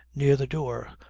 near the door,